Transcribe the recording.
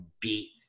beat